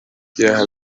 byaha